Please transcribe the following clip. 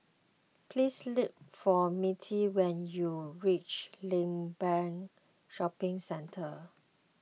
please look for Mittie when you reach Limbang Shopping Centre